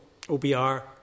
OBR